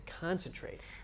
concentrate